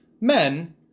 men